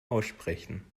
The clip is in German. aussprechen